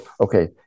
okay